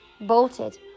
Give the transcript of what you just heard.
bolted